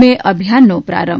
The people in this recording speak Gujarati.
મેં અભિયાનનો પ્રારંભ